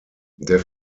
der